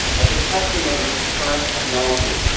as a testimony to current technology,